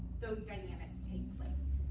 those dynamics take place.